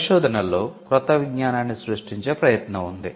పరిశోధనలో క్రొత్త విజ్ఞానాన్ని సృష్టించే ప్రయత్నం ఉంది